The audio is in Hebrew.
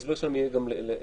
שההסבר שלהם יהיה גם לשאלה.